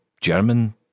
German